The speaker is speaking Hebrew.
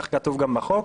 כך כתוב גם בחוק,